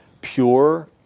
pure